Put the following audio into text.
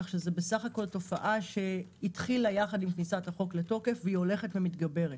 כך שזו בסך הכול תופעה שהתחילה עם כניסת החוק לתוקף והיא הולכת ומתגברת.